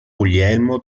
guglielmo